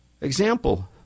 example